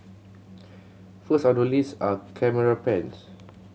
first on the list are camera pens